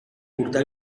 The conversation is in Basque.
urteak